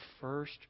first